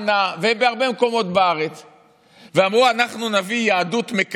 זה לאותם אנשים שחלק מהם יצטרכו לבוא אליך למילואים.